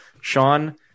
Sean